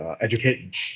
educate